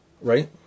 Right